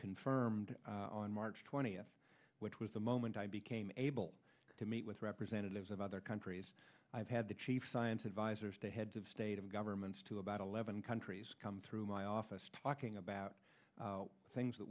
confirmed on march twentieth which was the moment i became able to meet with representatives of other countries i've had the chief science advisor to heads of state and governments to about eleven countries come through my office talking about things that